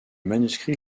manuscrit